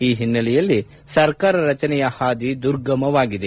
ಈ ಹಿನೈಲೆಯಲ್ಲಿ ಸರ್ಕಾರ ರಚನೆಯ ಹಾದಿ ದುರ್ಗಮವಾಗಿದೆ